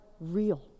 real